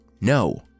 No